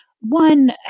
one